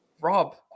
Rob